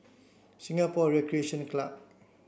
Singapore Recreation Club